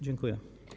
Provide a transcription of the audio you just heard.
Dziękuję.